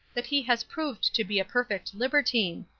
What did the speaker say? that he has proved to be a perfect libertine.